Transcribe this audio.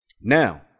Now